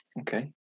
Okay